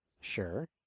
Sure